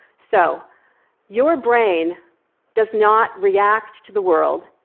so your brain does not react to the world.